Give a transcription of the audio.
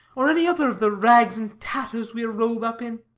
or any other of the rags and tatters we are rolled up in.